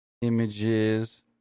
Images